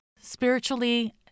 spiritually